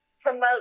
promote